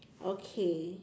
okay